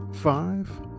Five